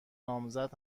نامزد